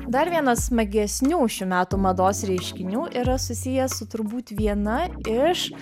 dar vienas smagesnių šių metų mados reiškinių yra susijęs su turbūt viena iš